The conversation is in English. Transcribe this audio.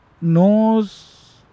knows